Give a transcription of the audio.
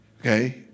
okay